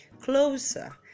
closer